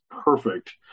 perfect